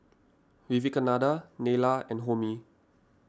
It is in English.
Vivekananda Neila and Homi